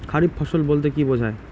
খারিফ ফসল বলতে কী বোঝায়?